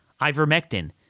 ivermectin